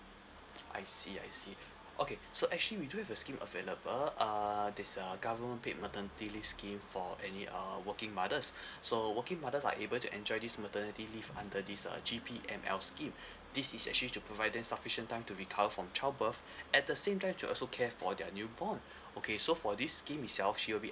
I see I see okay so actually we do have a scheme available uh this uh government paid maternity leave scheme for any uh working mothers so working mothers are able to enjoy this maternity leave under this uh G_P_M_L scheme this is actually to provide them sufficient time to recover from childbirth at the same time to also care for their newborn okay so for this scheme itself she will be